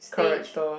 character